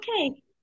okay